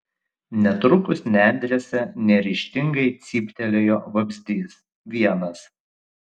netrukus nendrėse neryžtingai cyptelėjo vabzdys vienas